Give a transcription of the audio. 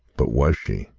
but was she?